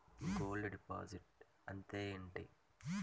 Gold deposit అంతే ఎంటి?